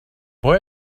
boy